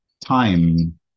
time